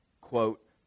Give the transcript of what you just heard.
quote